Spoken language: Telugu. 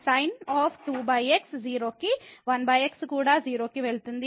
కాబట్టి sin 0 కి 1x కూడా 0 కి వెళుతుంది